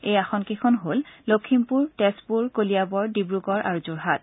এই আসন কেইখন হ'ল লখিমপুৰ তেজপুৰ কলিয়াবৰ ডিব্ৰগড় আৰু যোৰহাট